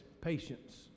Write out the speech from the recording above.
patience